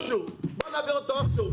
בוא נעביר אותו איך שהוא.